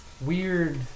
weird